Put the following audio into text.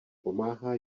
pomáhá